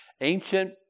Ancient